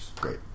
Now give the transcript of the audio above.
Great